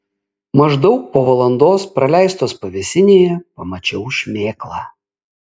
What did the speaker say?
maždaug po valandos praleistos pavėsinėje pamačiau šmėklą